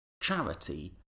charity